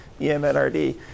EMNRD